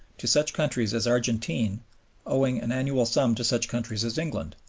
to such countries as argentine owing an annual sum to such countries as england.